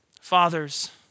Fathers